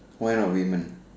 why not women